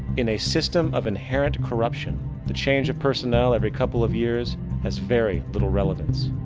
in a system of inherent corruption the change of personnel every couple of years has very little relevance.